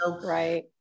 Right